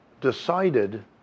decided